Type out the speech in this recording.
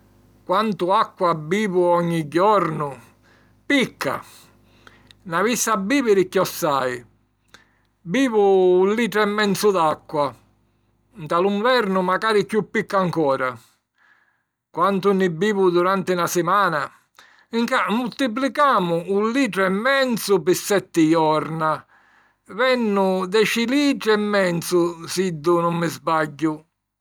Quantu acqua bivu ogni jornu? Picca; nn'avissi a bìviri chiossai. Bivu un litru e menzu d'acqua. Nta lu nvernu, macari chiù picca ancora. Quantu nni bivu duranti na simana? 'Nca, multiplicamu un litru e menzu pi setti jorna: vennu deci litri e menzu, siddu nun mi sbagghiu...